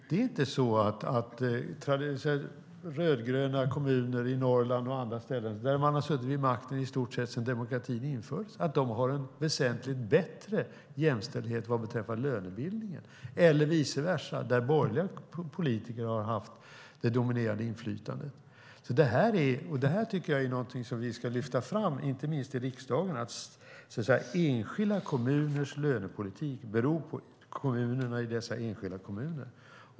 Det är inte så att rödgröna kommuner i Norrland och på andra ställen, där man har suttit vid makten i stort sett sedan demokratin infördes, har en väsentligt bättre jämställdhet vad beträffar lönebildningen, eller vice versa där borgerliga politiker har haft det dominerande inflytandet. Det här är någonting som jag tycker att vi ska lyfta fram, inte minst i riksdagen, att enskilda kommuners lönepolitik beror på politikerna i dessa enskilda kommuner.